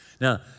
Now